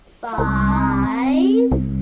five